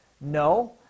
No